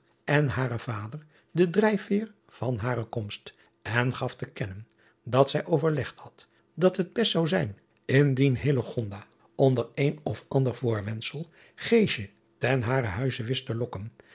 en haren vader de drijfveer van hare komst en gaf te kennen dat zij overlegd had dat het best zou zijn indien onder een of ander voorwendsel ten haren huize wist te lokken